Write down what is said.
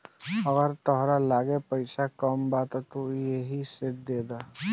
अगर तहरा लगे पईसा कम बा त तू एही से देद